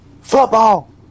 Football